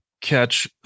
catch